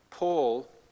Paul